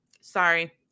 sorry